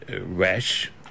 rash